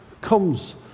comes